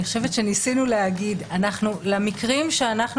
אני חושבת שניסינו להגיד שלמקרים שאנחנו